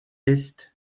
ist